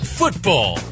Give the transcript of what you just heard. football